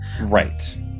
Right